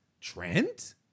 Trent